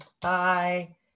Bye